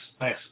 nice